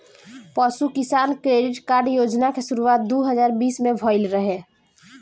पशु किसान credit card योजना के शुरुआत दू हज़ार बीस में भइल रहे